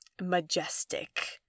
majestic